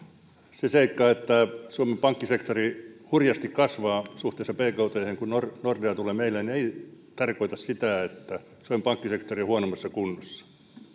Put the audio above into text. se seikka että suomen pankkisektori hurjasti kasvaa suhteessa bkthen kun nordea tulee meille ei tarkoita sitä että suomen pankkisektori on huonommassa kunnossa